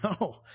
No